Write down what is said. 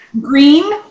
green